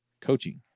coaching